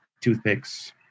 toothpicks